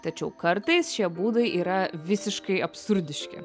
tačiau kartais šie būdai yra visiškai absurdiški